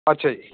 ਅੱਛਾ ਜੀ